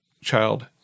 child